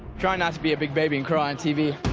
try not be a big baby and cry on tv.